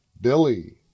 Billy